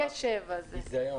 ואני מקבלת מאות פניות --- עידו,